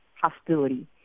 hostility